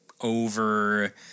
over